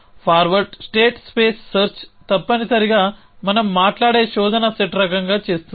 forward state space search తప్పనిసరిగా మనం మాట్లాడే శోధన సెట్ రకంగా చేస్తుంది